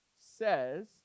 says